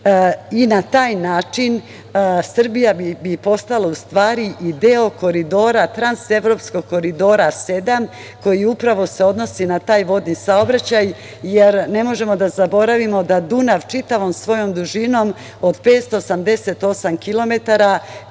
i na taj način Srbija bi postala u stvari Koridora transevropskog Koridora 7, koji se upravo odnosi na taj vodni saobraćaj. Ne možemo da zaboravimo da Dunav čitavom svojom dužinom od 578 km